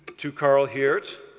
to karl hirt,